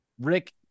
Rick